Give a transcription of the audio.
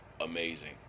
amazing